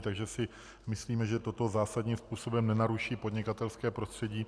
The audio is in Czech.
Takže si myslíme, že toto zásadním způsobem nenaruší podnikatelské prostředí.